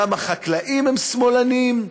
גם החקלאים הם שמאלנים,